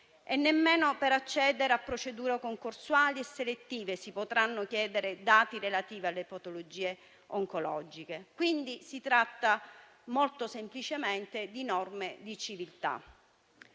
Nemmeno per accedere a procedure concorsuali e selettive si potranno chiedere dati relativi alle patologie oncologiche. Si tratta quindi molto semplicemente di norme di civiltà.